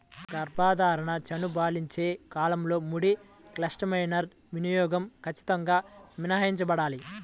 గర్భధారణ, చనుబాలిచ్చే కాలంలో ముడి క్రస్టేసియన్ల వినియోగం ఖచ్చితంగా మినహాయించబడాలి